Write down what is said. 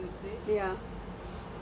teach her somethings